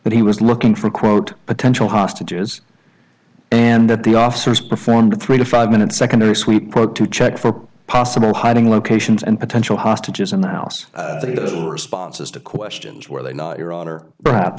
and he was looking for quote potential hostages and that the officers performed a three to five minute secondary sweep quote to check for possible hiding locations and potential hostages in the house the responses to questions where they are not your own or perhaps